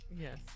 Yes